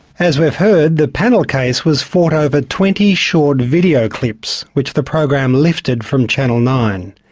as we've heard, the panel case was fought over twenty short video clips which the program lifted from channel nine.